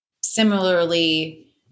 similarly